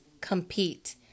compete